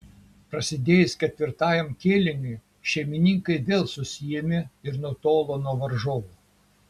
prasidėjus ketvirtajam kėliniui šeimininkai vėl susiėmė ir nutolo nuo varžovų